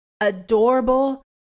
adorable